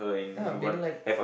ya been like